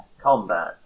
combat